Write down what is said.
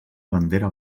bandera